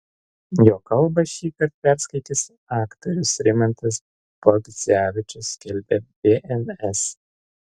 jo kalbą šįkart perskaitys aktorius rimantas bagdzevičius skelbė bns